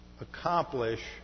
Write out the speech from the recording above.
accomplish